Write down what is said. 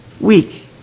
week